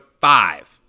five